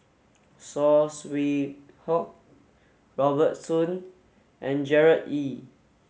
Saw Swee Hock Robert Soon and Gerard Ee